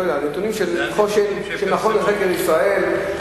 הנתונים של מכון לחקר ישראל,